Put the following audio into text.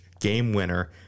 game-winner